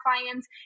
clients